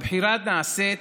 הבחירה נעשית